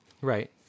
right